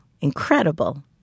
incredible